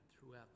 throughout